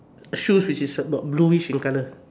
shoes which is about bluish in color